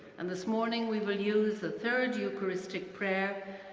and this morning, we will use the third eucharistic prayer,